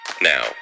now